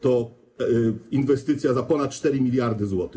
To inwestycja za ponad 4 mld zł.